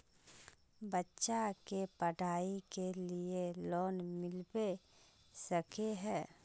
बच्चा के पढाई के लिए लोन मिलबे सके है?